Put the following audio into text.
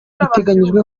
biteganyijwe